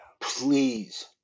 Please